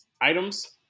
items